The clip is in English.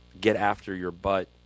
get-after-your-butt